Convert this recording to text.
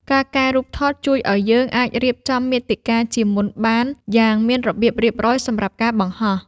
ការកែរូបថតជួយឱ្យយើងអាចរៀបចំមាតិកាជាមុនបានយ៉ាងមានរបៀបរៀបរយសម្រាប់ការបង្ហោះ។